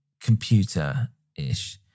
computer-ish